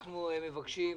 אנחנו מבקשים,